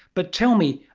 but tell me,